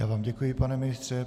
Já vám děkuji, pane ministře.